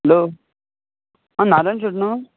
hello आं नारायण शेट न्हय